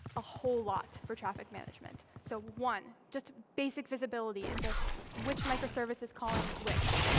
a whole lot for traffic management. so one, just basic visibility into which microservice is calling which.